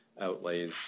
outlays